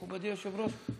מכובדי היושב-ראש?